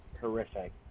horrific